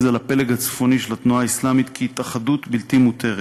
על הפלג הצפוני של התנועה האסלאמית כהתאחדות בלתי מותרת.